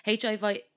HIV